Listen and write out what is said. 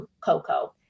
cocoa